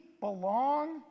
belong